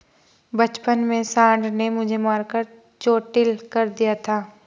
बचपन में सांड ने मुझे मारकर चोटील कर दिया था